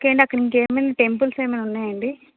okay అండి అక్కడ ఇంకేమైనా టెంపుల్స్ ఏమైనా ఉన్నాయా అండి